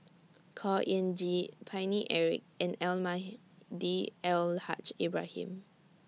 Khor Ean Ghee Paine Eric and Almahdi Al Haj Ibrahim